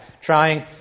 trying